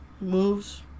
moves